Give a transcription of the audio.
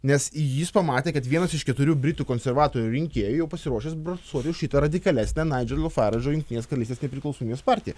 nes jis pamatė kad vienas iš keturių britų konservatorių rinkėjų pasiruošęs balsuoti už radikalias ne naidželo faražo jungtinės karalystės nepriklausomybės partijas